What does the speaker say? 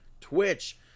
Twitch